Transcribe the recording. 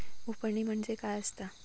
उफणणी म्हणजे काय असतां?